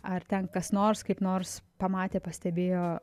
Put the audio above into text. ar ten kas nors kaip nors pamatė pastebėjo